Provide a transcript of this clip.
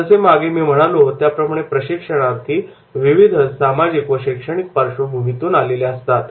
जसे मी म्हणालो त्याप्रमाणे प्रशिक्षणार्थी विविध सामाजिक व शैक्षणिक पार्श्वभूमीतून आलेले असतात